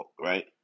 right